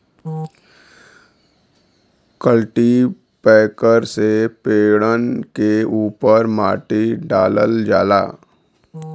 cultipacker से पेड़न के उपर माटी डालल जाला